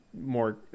more